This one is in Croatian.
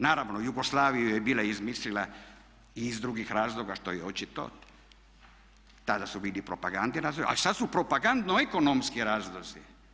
Naravno Jugoslaviju je bila izmislila i iz drugih razloga što je očito, tada su bili propagandni razlozi a sada su propagandno-ekonomski razlozi.